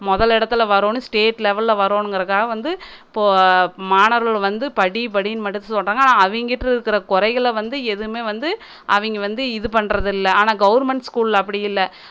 முதல் இடத்துல வரணும் ஸ்டேட் லெவலில் வரணும்ங்குறதுக்காக வந்து இப்போது மாணவர்கள் வந்து படி படினு மட்டும் சொன்னாங்க ஆனால் அவிங்ககிட்ட இருக்கிற குறைகளை வந்து எதுவுமே வந்து அவங்க வந்து இது பண்ணுறது இல்லை ஆனால் கவர்ன்மெண்ட் ஸ்கூலில் அப்படி இல்லை